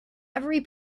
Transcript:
every